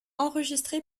enregistré